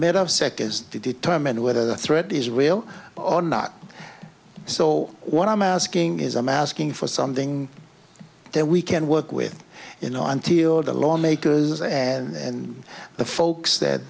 to determine whether the threat is real or not so what i'm asking is i'm asking for something that we can work with you know until the lawmakers and the folks that